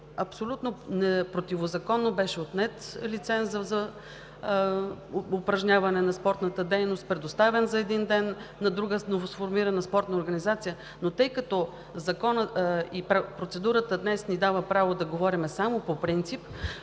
абсолютно противозаконно беше отнет лицензия за упражняване на спортната дейност, предоставен за един ден на друга, новосформирана спортна организация. Тъй като Законът и процедурата днес ни дават право да говорим само по принцип,